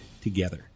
together